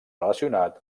relacionat